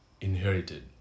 inherited